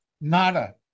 Nada